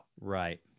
Right